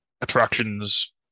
attractions